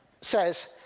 says